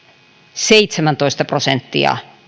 seitsemäntoista prosenttia